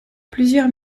plusieurs